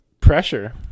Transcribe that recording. pressure